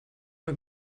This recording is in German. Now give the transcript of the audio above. man